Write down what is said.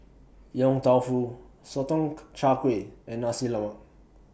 Yong Tau Foo Sotong Char Kway and Nasi Lemak